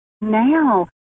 now